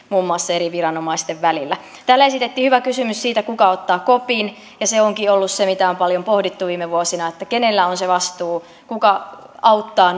muun muassa eri viranomaisten välillä täällä esitettiin hyvä kysymys siitä kuka ottaa kopin ja se onkin ollut se mitä on paljon pohdittu viime vuosina kenellä on se vastuu kuka auttaa